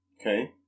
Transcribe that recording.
Okay